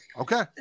Okay